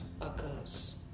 occurs